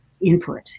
input